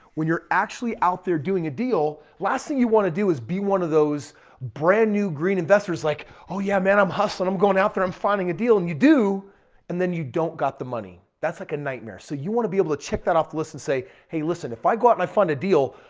when you're actually out there doing a deal, last thing you want to do is be one of those brand new green investors like, oh yeah, man, i'm hustling. i'm going out there. i'm finding a deal. and you do and then you don't got the money, that's like a nightmare. so you want to be able to check that off the list and say, hey listen, if i go out and i find a deal,